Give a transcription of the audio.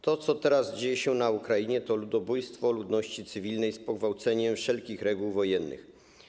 To, co teraz dzieje się na Ukrainie, to ludobójstwo ludności cywilnej z pogwałceniem wszelkich reguł wojennych.